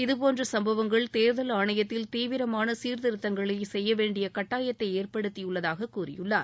இதுபோன்ற சம்பவங்கள் தேர்தல் ஆணையத்தில் தீவிரமான சீர்திருத்தங்களை செய்ய வேண்டிய கட்டாயத்தை ஏற்படுத்தியுள்ளதாக கூறியுள்ளார்